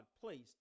placed